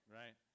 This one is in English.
right